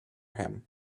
him